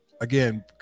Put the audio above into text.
again